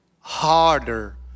harder